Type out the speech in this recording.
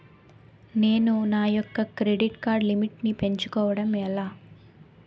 నేను నా యెక్క క్రెడిట్ కార్డ్ లిమిట్ నీ పెంచుకోవడం ఎలా?